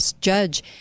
judge